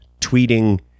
tweeting